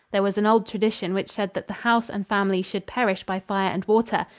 there was an old tradition which said that the house and family should perish by fire and water,